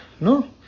no